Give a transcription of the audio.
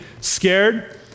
scared